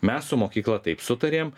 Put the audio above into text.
mes su mokykla taip sutarėm